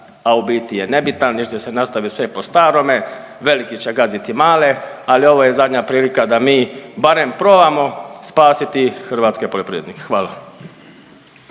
a u biti je nebitan jer ste se nastavili sve po starome, veliki će gaziti male, ali ovo je zadnja prilika da mi barem probamo spasiti hrvatske poljoprivrednike. Hvala.